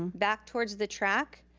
back towards the track,